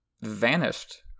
vanished